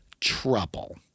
trouble